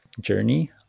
journey